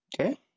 Okay